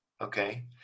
okay